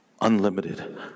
unlimited